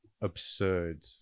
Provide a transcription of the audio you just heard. absurd